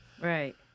Right